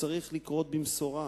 שצריך לקרות במשורה,